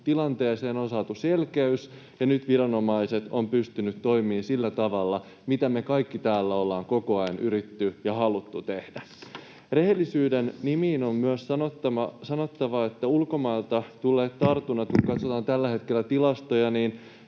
tilanteeseen on saatu selkeys. Nyt viranomaiset ovat pystyneet toimimaan sillä tavalla, miten me kaikki täällä ollaan koko ajan yritetty ja haluttu tehdä. Rehellisyyden nimiin on myös sanottava, että ulkomailta tulleet tartunnat, kun katsotaan tällä hetkellä tilastoja, ovat